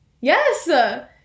Yes